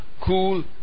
cool